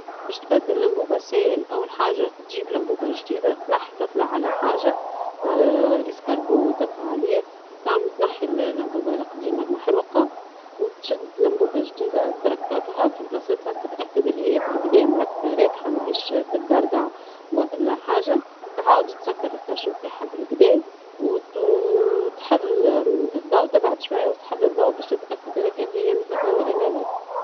باش تبدل اللمبوبة ساهل ، أول حاجة تجيب لمبوبة جديدة ، تنحي تطلع على حاجة ، سلم تطلع عليه، تنحي اللمبوبة القديمة المحروقة ، تشد اللمبوبة الجديدة ، تركبها في بلاصتها تتأكد لي هي بالقدا مركبة رابحة ماهيش تتدردع ، تعاود تسكر الكاشي نتاعها بالقدا ، وتحل الضوء وتبعد شوية وتتأكد أنها مريقلة ولا لا.